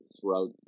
throughout